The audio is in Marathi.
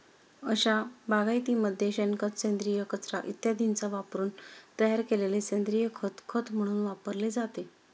अशा बागायतीमध्ये शेणखत, सेंद्रिय कचरा इत्यादींचा वापरून तयार केलेले सेंद्रिय खत खत म्हणून वापरले जाते